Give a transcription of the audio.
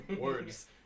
words